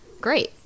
great